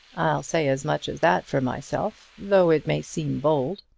i'll say as much as that for myself, though it may seem bold.